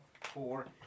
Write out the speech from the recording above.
four